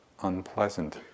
unpleasant